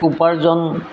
উপাৰ্জন